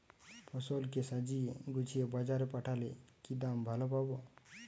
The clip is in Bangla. ফসল কে সাজিয়ে গুছিয়ে বাজারে পাঠালে কি দাম ভালো পাব?